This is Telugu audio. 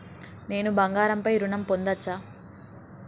నేను బంగారం పై ఋణం పొందచ్చా?